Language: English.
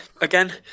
again